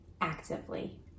actively